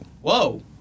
Whoa